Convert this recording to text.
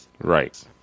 Right